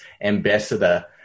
ambassador